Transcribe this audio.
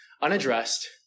unaddressed